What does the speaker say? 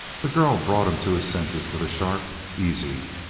the girl brought him to his senses with a sharp easy!